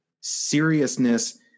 Seriousness